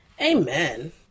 Amen